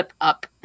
up